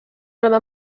oleme